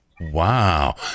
Wow